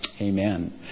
Amen